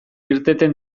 irteten